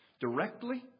Directly